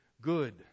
good